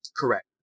Correct